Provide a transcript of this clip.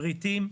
פריטים,